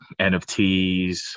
NFTs